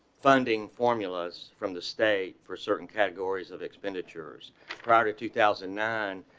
funding formulas from the state for certain categories of expenditures prior to two thousand nine.